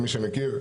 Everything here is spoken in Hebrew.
מי שמכיר,